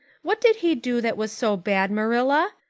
what did he do that was so bad, marilla?